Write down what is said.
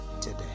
today